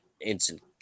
instant